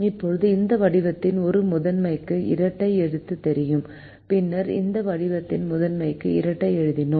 இப்போது இந்த வடிவத்தின் ஒரு முதன்மைக்கு இரட்டை எழுதத் தெரியும் பின்னர் இந்த வடிவத்தின் முதன்மைக்கு இரட்டை எழுதினோம்